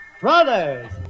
brothers